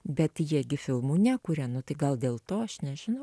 bet jie gi filmų nekuria nu tai gal dėl to aš nežinau